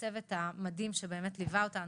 ולצוות המדהים שליווה אותנו,